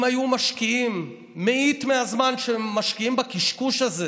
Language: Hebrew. אם מאית מהזמן שהם משקיעים בקשקוש הזה